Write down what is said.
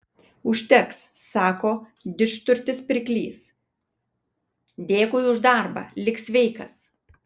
užteks sako didžturtis pirklys dėkui už darbą lik sveikas